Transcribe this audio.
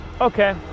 okay